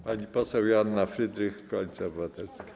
Pani poseł Joanna Frydrych, Koalicja Obywatelska.